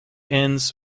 ends